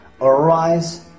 Arise